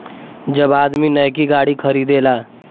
जब आदमी नैकी गाड़ी खरीदेला